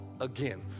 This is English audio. again